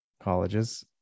colleges